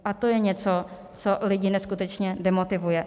A to je něco, co lidi neskutečně demotivuje.